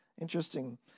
Interesting